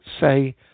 say